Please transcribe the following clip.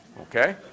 okay